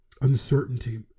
uncertainty